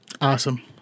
Awesome